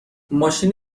ماشین